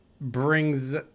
brings